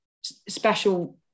special